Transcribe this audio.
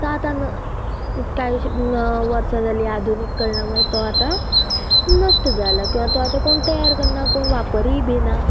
तो आतां न कांय वर्सा जाली आधुनिकां तो आतां नश्ट जाला किंवां तो आतां कोण तयार करना कोण वापरी बी ना